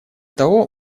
того